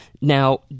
now